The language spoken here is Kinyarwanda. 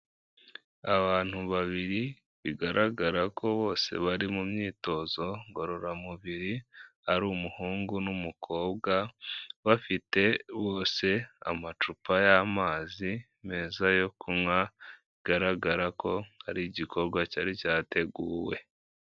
Abantu babiri, bigaragara ko bose bari mu myitozo ngororamubiri, ari umuhungu n'umukobwa, bafite bose amacupa y'amazi meza yo kunywa, kugaragara ko ari igikorwa cyari cyateguwe.